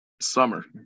Summer